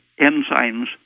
enzymes